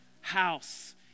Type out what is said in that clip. house